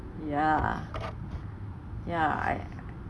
ya ya I I